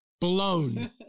blown